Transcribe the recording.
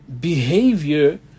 behavior